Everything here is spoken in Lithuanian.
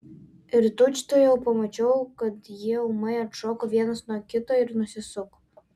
ir tučtuojau pamačiau kai jie ūmai atšoko vienas nuo kito ir nusisuko